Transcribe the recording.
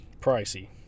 pricey